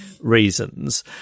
reasons